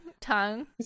tongue